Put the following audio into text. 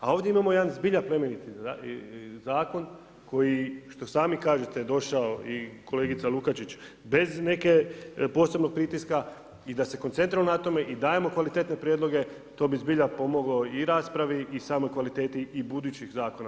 A ovdje imamo jedan zbilja plemeniti zakon koji što i sami kažete, došao i kolegica Lukačić bez neke posebnog pritiska i da se … na tome i dajemo kvalitetne prijedloge to bi zbilja pomoglo i raspravi i samoj kvaliteti i budućih zakona.